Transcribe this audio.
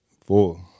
four